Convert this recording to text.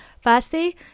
Firstly